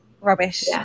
rubbish